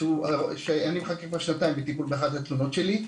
שאני מחכה כבר שנתיים באחת התלונות שלי.